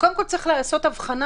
קודם כל, צריך לעשות הבחנה